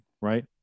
right